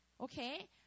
okay